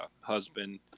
husband